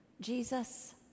Jesus